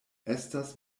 estas